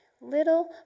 little